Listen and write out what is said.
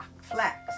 flax